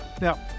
Now